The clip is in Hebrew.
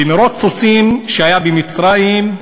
במירוץ סוסים שהיה במצרים,